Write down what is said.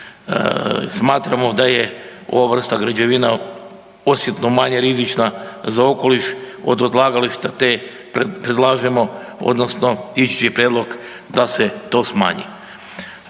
Smatramo da je ova vrsta građevina osjetno manje rizična za okoliš od odlagališta te predlažemo odnosno ići će i prijedlog da se to smanji.